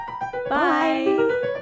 Bye